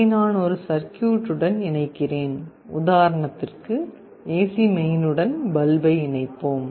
இதை நான் ஒரு சர்க்யூட் உடன் இணைக்கிறேன் உதாரணத்திற்கு AC மெயின் உடன் பல்பை இணைப்போம்